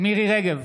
מירי מרים רגב,